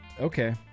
okay